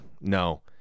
No